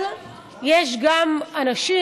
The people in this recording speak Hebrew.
אבל יש גם אנשים,